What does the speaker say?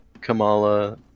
kamala